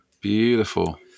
Beautiful